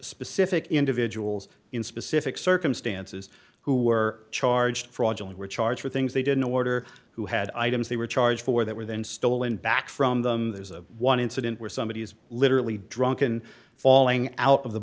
specific individuals in specific circumstances who were charged fraudulent were charged with things they didn't order who had items they were charged for that were then stolen back from them there's a one incident where somebody is literally drunken falling out of the